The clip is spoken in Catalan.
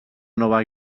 nova